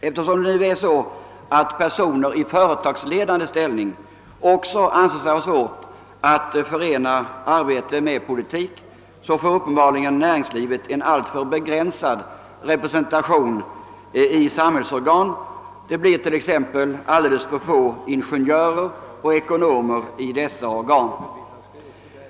Eftersom personer i företagsledande ställning också anser sig ha svårt att förena arbete med politik får uppenbarligen näringslivet en alltför begränsad representation i samhällsorganen — det blir t.ex. alldeles för få ingenjörer och ekonomer i dessa organ.